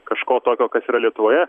kažko tokio kas yra lietuvoje